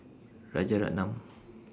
Rajaratnam